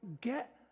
Get